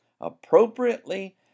appropriately